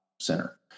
center